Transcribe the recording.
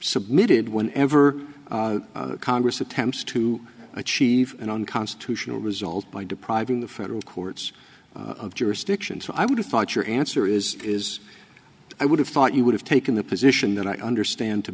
submitted when ever congress attempts to achieve an unconstitutional result by depriving the federal courts of jurisdiction so i would have thought your answer is is i would have thought you would have taken the position that i understand to